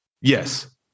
yes